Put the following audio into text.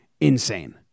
insane